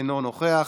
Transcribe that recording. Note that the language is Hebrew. אינו נוכח,